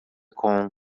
com